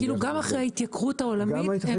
גם אחרי ההתייקרות העולמית.